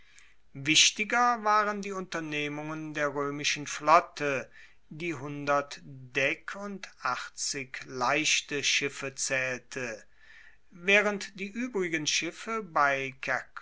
wichtiger waren die unternehmungen der roemischen flotte die deck und leichte schiffe zaehlte waehrend die uebrigen schiffe bei